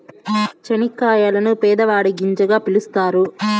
చనిక్కాయలను పేదవాడి గింజగా పిలుత్తారు